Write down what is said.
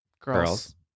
girls